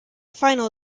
final